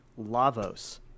Lavos